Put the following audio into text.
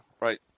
right